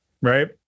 right